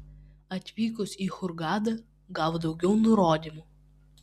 atvykus į hurgadą gavo daugiau nurodymų